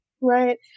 Right